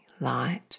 light